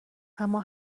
اما